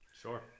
sure